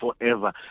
forever